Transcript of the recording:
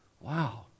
Wow